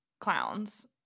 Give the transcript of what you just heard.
clowns